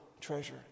treasure